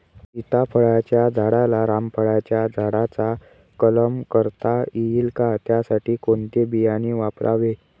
सीताफळाच्या झाडाला रामफळाच्या झाडाचा कलम करता येईल का, त्यासाठी कोणते बियाणे वापरावे?